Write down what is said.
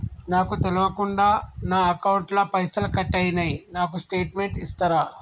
నాకు తెల్వకుండా నా అకౌంట్ ల పైసల్ కట్ అయినై నాకు స్టేటుమెంట్ ఇస్తరా?